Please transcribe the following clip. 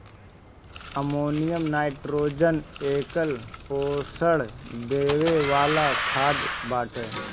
ammonium nitrogen एकल पोषण देवे वाला खाद बाटे